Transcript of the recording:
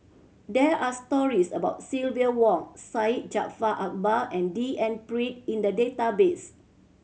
there are stories about Silvia Yong Syed Jaafar Albar and D N Pritt in the database